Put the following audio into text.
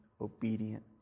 obedient